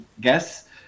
guess